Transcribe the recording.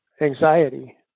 anxiety